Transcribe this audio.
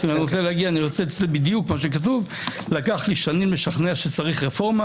אני רוצה לצטט בדיוק מה שכתוב: "לקח לי שנים לשכנע שצריך רפורמה